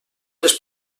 les